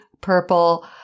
purple